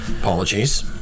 Apologies